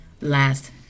last